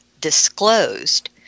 disclosed